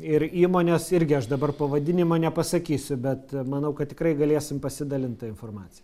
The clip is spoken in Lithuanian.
ir įmonės irgi aš dabar pavadinimo nepasakysiu bet manau kad tikrai galėsim pasidalint ta informacija